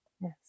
Yes